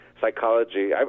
psychology